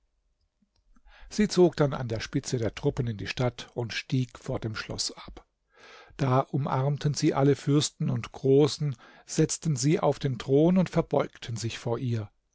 sie zog dann an der spitze der truppen in die stadt und stieg vor dem schloß ab da umarmten sie alle fürsten und großen setzten sie auf den thron und verbeugten sich vor ihr